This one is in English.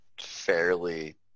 fairly